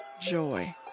joy